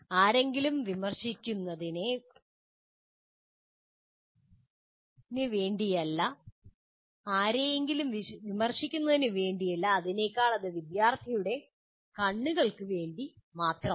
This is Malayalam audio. ആരെങ്കിലും വിമർശിക്കുന്നതി വേണ്ടിയല്ള അതിനേക്കാൾ അത് വിദ്യാർത്ഥിയുടെ കണ്ണുകൾക്ക് മാത്രമാണ്